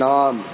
Nam